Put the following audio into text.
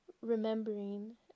remembering